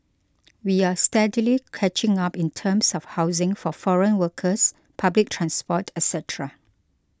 we are steadily catching up in terms of housing for foreign workers public transport etcetera